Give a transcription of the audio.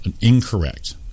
incorrect